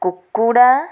କୁକୁଡ଼ା